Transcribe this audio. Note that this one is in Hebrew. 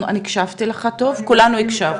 אני הקשבתי לך טוב, כולנו הקשבנו,